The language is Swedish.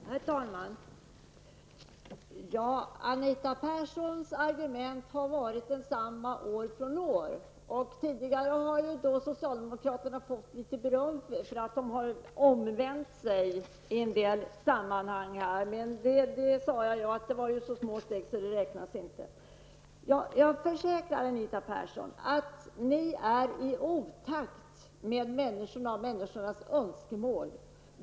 Herr talman! Anita Perssons argument har varit desamma år efter år. Tidigare har socialdemokraterna fått en del beröm för sin omvändelse i vissa frågor, men jag sade att de förändringarna var så små att de inte kunde räknas. Jag försäkrar, Anita Persson, att ni är i otakt med människorna och människornas önskemål.